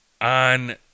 on